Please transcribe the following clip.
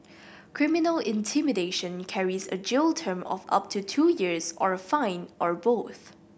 criminal intimidation carries a jail term of up to two years or a fine or both